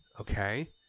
Okay